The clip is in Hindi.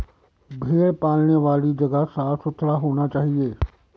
भेड़ पालने वाली जगह साफ सुथरा होना चाहिए